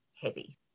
heavy